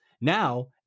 Now